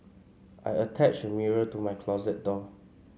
I attached a mirror to my closet door